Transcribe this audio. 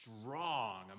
strong